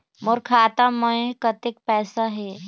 मोर खाता मे कतक पैसा हे?